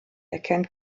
erkennt